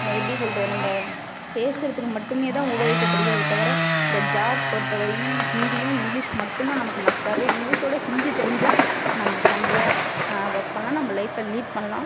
எப்படி சொல்கிறது நம்ம பேசுகிறத்துக்கு மட்டுமே தான் உபயோகிக்கப்படுகிறதே தவிர இந்த ஜாப் பொறுத்த வரையும் ஹிந்தியும் இங்கிலீஷ் மட்டும் தான் நமக்கு மஸ்ட்டாகவே இங்கிலீஷோடு ஹிந்தி தெரிஞ்சால் நம்ம செம்மையா ஒர்க் பண்ணலாம் நம்ம லைஃபை லீட் பண்ணலாம்